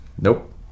Nope